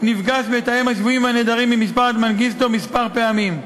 נפגש המתאם לענייני השבויים והנעדרים עם משפחת מנגיסטו כמה פעמים.